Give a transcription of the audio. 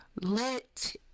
let